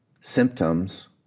symptoms